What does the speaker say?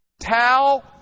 towel